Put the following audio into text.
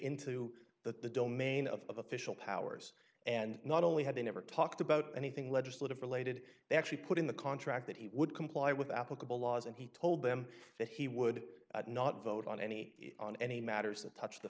into that the domain of official powers and not only had they never talked about anything legislative related they actually put in the contract that he would comply with applicable laws and he told them that he would not vote on any on any matters that touched the